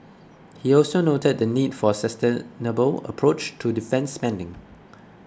he also noted the need for a sustainable approach to defence spending